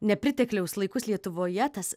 nepritekliaus laikus lietuvoje tas